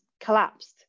collapsed